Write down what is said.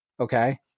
Okay